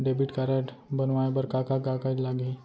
Debit card बनवाये बर का का कागज लागही?